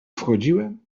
wchodziłem